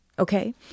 Okay